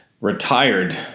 retired